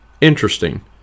Interesting